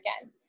again